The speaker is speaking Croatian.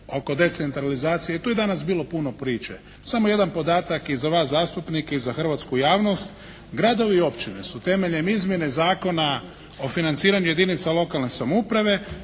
oko decentralizacije i tu je danas puno bilo priče. Samo jedan podatak i za vas zastupnike i za hrvatsku javnost. Gradovi i općine su temeljem izmjene Zakona o financiranju jedinica lokalne samouprave